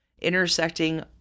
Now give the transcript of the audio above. intersecting